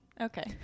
okay